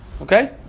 Okay